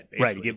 right